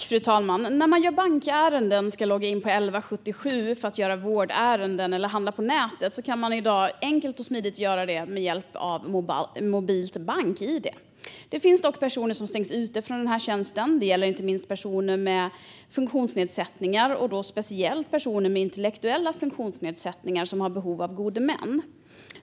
Fru talman! När man ska göra bankärenden, logga in på 1177 för att göra vårdärenden eller handla på nätet kan man i dag enkelt och smidigt göra det med hjälp av mobilt bank-id. Det finns dock personer som stängs ute från den här tjänsten. Det gäller inte minst personer med funktionsnedsättningar, speciellt personer med intellektuella funktionsnedsättningar och behov av gode män.